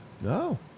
No